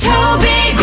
Toby